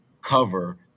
cover